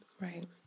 right